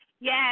Yes